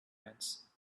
ants